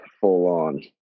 full-on